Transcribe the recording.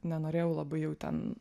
nenorėjau labai jau ten